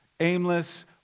aimless